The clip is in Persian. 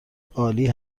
عالی